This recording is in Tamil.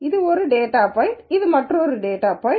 இது ஒரு டேட்டா பாய்ன்ட் இது மற்றொரு டேட்டா பாய்ன்ட்